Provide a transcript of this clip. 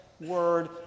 word